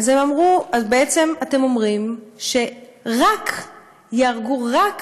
אז בעצם אתם אומרים שייהרגו "רק"